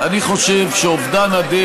למה לא היה אפשר, אני חושב שאובדן הדרך,